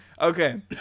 Okay